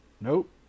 Nope